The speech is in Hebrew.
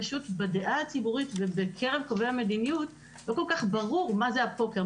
פשוט בדעה הציבורית ובקרב קובעי המדיניות לא כל כך ברור מה זה הפוקר,